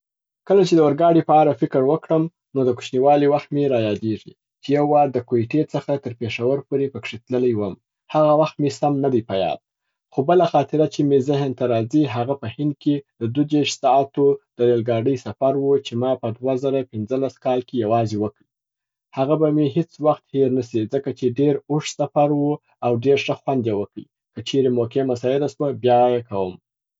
کله چي د اورګاډۍ په اړه فکر کوم نو د کوچنیوالی وخت می را یادیږي چې یو وار د کویټې څخه تر پيښور پوري پکښي تللی وم. هغه وخت می سم نه دی په یاد. خو بله خاطره چې مي ذهن ته راځي هغه په هند کي د دوجیش ساعتو د ریل ګاډۍ سفر و چې ما په دوه زره پنځلس کال کي یوازي وکئ. هغه به مي هیڅ وخت هیر نسي ځکه چې ډېر اوږد سفر و او ډېر ښه خوند یې کوي. که چیري موقع مساعده سوه بیا یې کوم.